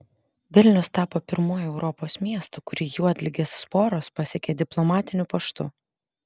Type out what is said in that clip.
vilnius tapo pirmuoju europos miestu kurį juodligės sporos pasiekė diplomatiniu paštu